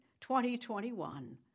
2021